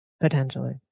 Potentially